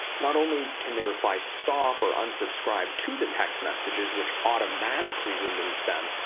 not only can they reply stop or unsubscribe to the text messages, which automatically removes them,